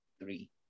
three